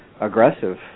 aggressive